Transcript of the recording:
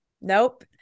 nope